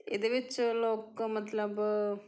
ਇਹਦੇ ਵਿੱਚ ਲੋਕ ਮਤਲਬ